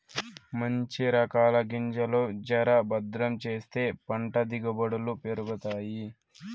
మంచి రకాల గింజలు జర భద్రం చేస్తే పంట దిగుబడులు పెరుగుతాయి